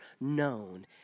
known